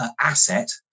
asset